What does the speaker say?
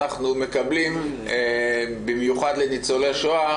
אנחנו יודעים לנצל אותם יוצא מן הכלל טוב.